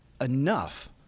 enough